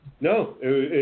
No